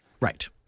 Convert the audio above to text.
Right